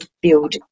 build